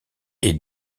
est